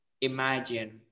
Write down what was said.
imagine